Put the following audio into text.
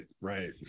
right